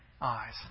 eyes